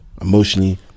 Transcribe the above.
emotionally